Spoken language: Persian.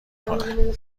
کنه